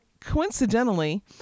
coincidentally